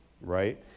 right